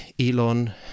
Elon